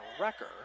Wrecker